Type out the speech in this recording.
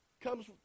comes